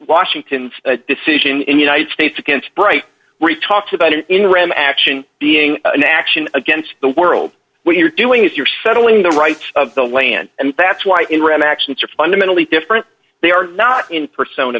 washington decision in united states against bright re talked about it in ram action being an action against the world what you're doing is you're settling the rights of the land and that's why in ram actions are fundamentally different they are not in persona